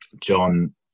John